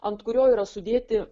ant kurio yra sudėti